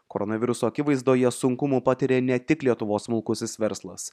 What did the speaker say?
koronaviruso akivaizdoje sunkumų patiria ne tik lietuvos smulkusis verslas